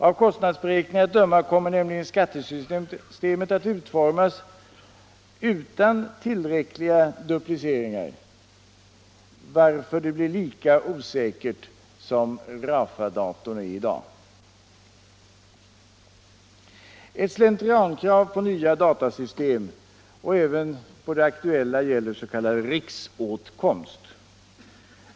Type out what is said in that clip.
Av kostnadsberäkning Torsdagen den arna att döma kommer nämligen skattesystemet att utformas utan till 29 maj 1975 räckliga dubbleringar, varför det blir lika osäkert som RAFA-datorn är i dag. Nytt system för Ett slentriankrav på nya datasystem och även på det aktuella gäller ADB inom folkbok s.k. riksåtkomst.